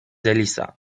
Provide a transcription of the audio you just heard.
elisa